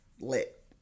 lit